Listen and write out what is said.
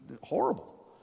horrible